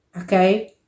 Okay